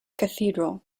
cathedral